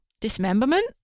dismemberment